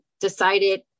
decided